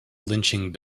lynching